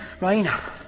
Raina